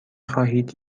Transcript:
خواهید